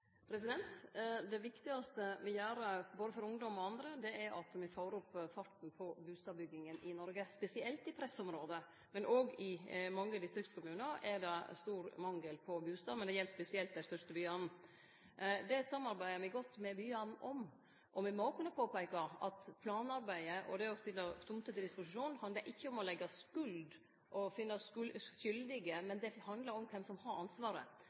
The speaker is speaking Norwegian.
Det viktigaste me gjer både for ungdom og andre, er at me får opp farten på bustadbygginga i Noreg, spesielt i pressområda. I mange distriktskommunar er det òg stor mangel på bustader, men det gjeld spesielt dei største byane. Det samarbeider me godt med byane om. Me må kunne påpeike at planarbeidet og det å stille tomter til disposisjon ikkje handlar om å finne skyldige. Det handlar om kven som har ansvaret,